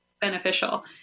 beneficial